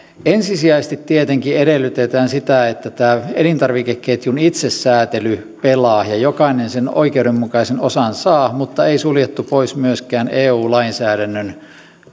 ensisijaisesti tietenkin edellytetään sitä että tämä elintarvikeketjun itsesäätely pelaa ja jokainen sen oikeudenmukaisen osan saa mutta ei suljettu pois myöskään eu lainsäädännön